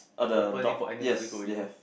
like open it for animal to go in